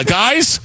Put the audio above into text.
guys